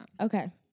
Okay